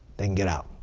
they can get out.